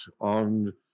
on